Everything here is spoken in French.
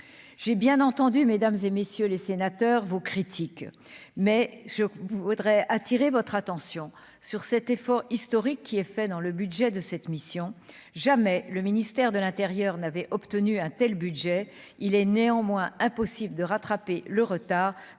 j'ai bien entendu, mesdames et messieurs les sénateurs, vos critiques mais ce vous Audrey attirer votre attention sur cet effort historique qui est fait dans le budget de cette mission, jamais le ministère de l'Intérieur n'avait obtenu un tel budget il est néanmoins impossible de rattraper le retard